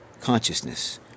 consciousness